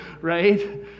right